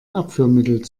abführmittel